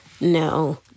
No